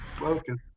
Welcome